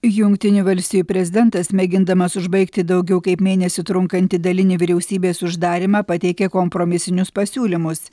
jungtinių valstijų prezidentas mėgindamas užbaigti daugiau kaip mėnesį trunkantį dalinį vyriausybės uždarymą pateikė kompromisinius pasiūlymus